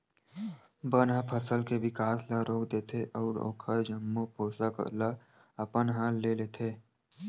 बन ह फसल के बिकास ल रोक देथे अउ ओखर जम्मो पोसक ल अपन ह ले लेथे